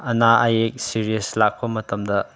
ꯑꯅꯥ ꯑꯌꯦꯛ ꯁꯤꯔꯤꯌꯁ ꯂꯥꯀꯄ ꯃꯇꯝꯗ